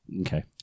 Okay